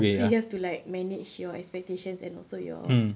so you have to like manage your expectations and also your